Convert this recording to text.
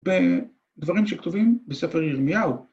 ‫בדברים שכתובים בספר ירמיהו.